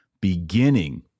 beginning